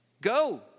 go